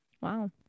Wow